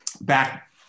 back